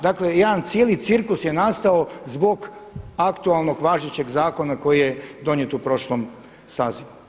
Dakle jedan cijeli cirkus je nastao zbog aktualnog važećeg zakona koji je donijet u prošlom sazivu.